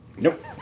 Nope